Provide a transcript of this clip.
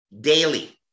daily